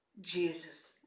Jesus